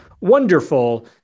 wonderful